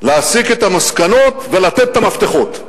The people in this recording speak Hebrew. להסיק את המסקנות ולתת את המפתחות.